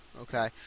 okay